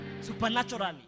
Supernaturally